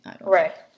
Right